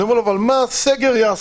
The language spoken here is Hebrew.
אני אומר לו: אבל מה הסגר יעשה?